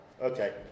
Okay